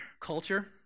culture